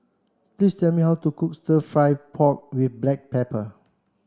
please tell me how to cook the fry pork with black pepper